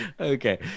Okay